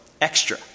extra